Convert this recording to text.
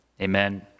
Amen